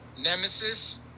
Nemesis